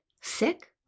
sick